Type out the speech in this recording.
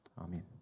Amen